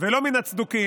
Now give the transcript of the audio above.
ולא מן הצדוקים,